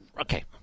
Okay